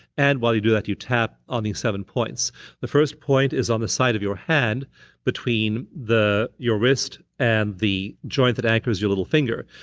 and while you do that, you tap on these seven points the first point is on the side of your hand between your wrist and the joint that anchors your little finger.